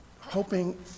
hoping